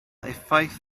effaith